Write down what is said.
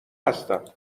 هستم